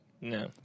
No